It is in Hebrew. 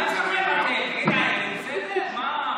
זה נכון.